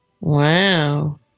Wow